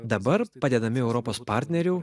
dabar padedami europos partnerių